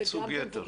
היא בייצוג יתר.